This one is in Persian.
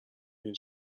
بینی